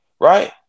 right